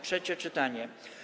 Trzecie czytanie.